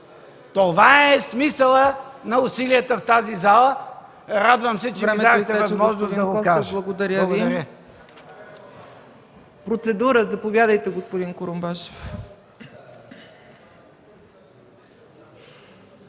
Това е смисълът на усилията в тази зала. Радвам се, че ми дадохте възможност да го кажа.